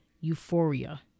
euphoria